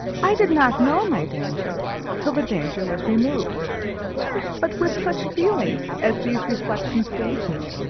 i did not know my danger till the danger was removed but with such feelings as these reflections gave me,